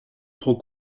pro